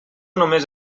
només